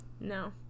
No